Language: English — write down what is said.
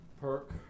Perk